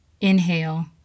Inhale